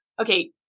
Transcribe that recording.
okay